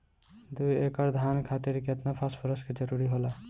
दु एकड़ धान खातिर केतना फास्फोरस के जरूरी होला?